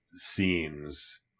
scenes